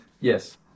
Yes